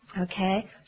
okay